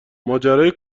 ماجرای